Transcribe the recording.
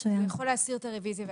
אתה לא צריך להסיר את הרוויזיה?